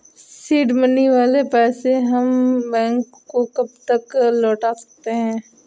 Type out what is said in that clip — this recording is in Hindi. सीड मनी वाले पैसे हम बैंक को कब तक लौटा सकते हैं?